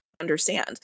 understand